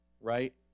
right